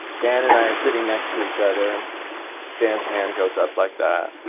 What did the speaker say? dan and i are sitting next to each other, and dan's hand goes up like that.